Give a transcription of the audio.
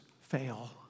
fail